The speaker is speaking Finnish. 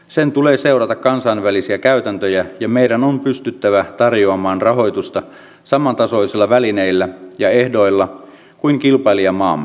sen tulee seurata kansainvälisiä käytäntöjä ja meidän on pystyttävä tarjoamaan rahoitusta saman tasoisilla välineillä ja ehdoilla kuin kilpailijamaamme